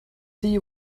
see